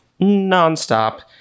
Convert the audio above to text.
nonstop